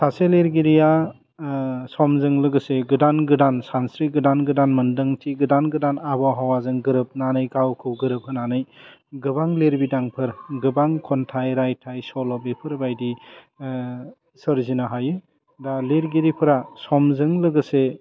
सासे लिरगिरिया समजों लोगोसे गोदान गोदान सानस्रि गोदान गोदान मोन्दांथि गोदान गोदान आबहावाजों गोरोबनानै गावखौ गोरोब होनानै गोबां लिरबिदांफोर गोबां खन्थाइ रायथाइ सल' बेफोरबायदि सोरजिनो हायो दा लिरगिरिफ्रा समजों लोगोसे